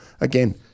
Again